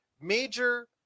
major